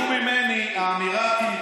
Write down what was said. קצת מנוחה.